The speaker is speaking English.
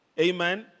Amen